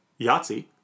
Yahtzee